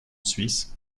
suisse